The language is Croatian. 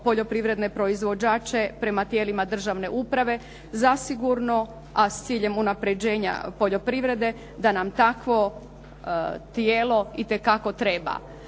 poljoprivredne proizvođače prema tijelima državne uprave, zasigurno a s ciljem unapređenja poljoprivrede da nam takvo tijelo itekako treba.